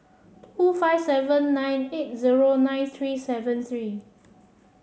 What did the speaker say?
two five seven nine eight zero nine three seven three